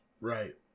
Right